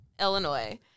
Illinois